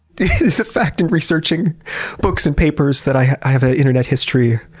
it is a fact in researching books and papers that i have an internet history.